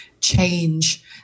change